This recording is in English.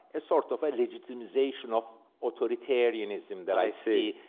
ah sort of a legitimization of authoritarianism that i see.